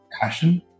passion